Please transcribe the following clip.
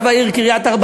רב העיר קריית-ארבע,